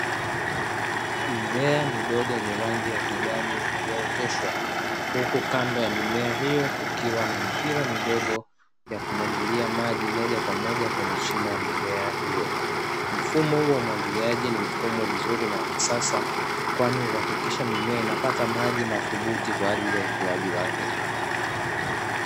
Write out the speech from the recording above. Mimea midogo yenye rangi ya kijani iliyooteshwa; huku kando ya mimea hiyo kukiwa na mipira midogo ya kumwagilia maji moja kwa moja kwenye shina la mimea hiyo. Mfumo huu wa umwagiliaji ni mfumo mzuri na wa kisasa, kwani huhakikisha mimea inapata maji madhubuti kwa ajili ya ukuaji wake.